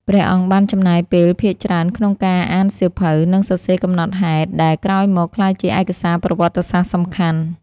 ព្រះអង្គបានចំណាយពេលភាគច្រើនក្នុងការអានសៀវភៅ និងសរសេរកំណត់ហេតុដែលក្រោយមកក្លាយជាឯកសារប្រវត្តិសាស្ត្រសំខាន់។